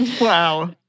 Wow